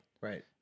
Right